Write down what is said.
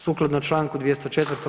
Sukladno čl. 204.